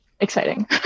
exciting